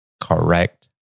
correct